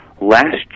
last